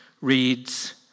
reads